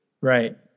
Right